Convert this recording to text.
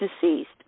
deceased